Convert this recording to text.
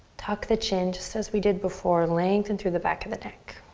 tuck the chin, just as we did before. lengthen through the back of the neck.